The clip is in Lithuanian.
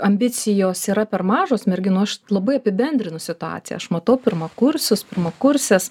ambicijos yra per mažos merginų aš labai apibendrinu situaciją aš matau pirmakursius pirmakurses